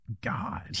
God